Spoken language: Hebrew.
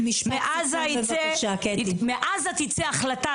"מעזה תצא החלטה,